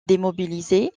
démobilisé